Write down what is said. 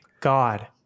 God